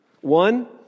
One